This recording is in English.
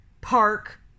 park